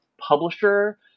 publisher